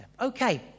Okay